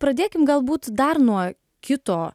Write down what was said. pradėkim galbūt dar nuo kito